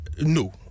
No